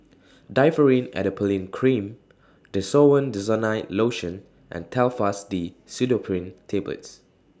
Differin Adapalene Cream Desowen Desonide Lotion and Telfast D Pseudoephrine Tablets